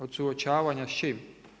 Od suočavanja s čim?